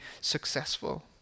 successful